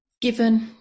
given